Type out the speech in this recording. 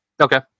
Okay